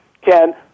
Ken